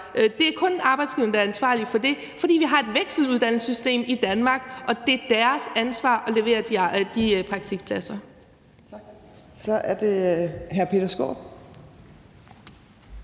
Det er kun arbejdsgiverne, der er ansvarlige for det, fordi vi har et vekseluddannelsessystem i Danmark, og det er deres ansvar at levere de praktikpladser.